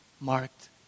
marked